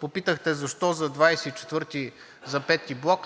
Попитахте защо за V блок